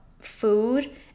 food